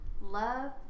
love